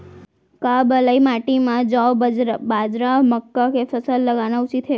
का बलुई माटी म जौ, बाजरा, मक्का के फसल लगाना उचित हे?